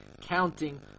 counting